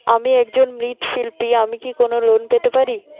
আমি একজন মৃৎ শিল্পী আমি কি কোন লোন পেতে পারি?